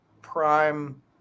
prime